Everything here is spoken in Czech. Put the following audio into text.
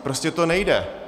Prostě to nejde.